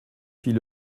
fit